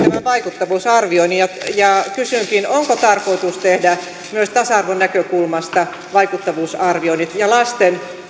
vaikuttavuusarvioinnin ja ja kysynkin onko tarkoitus tehdä myös tasa arvonäkökulmasta vaikuttavuusarvioinnit ja lasten